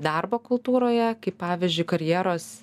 darbo kultūroje kaip pavyzdžiui karjeros